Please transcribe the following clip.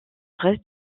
reste